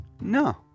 no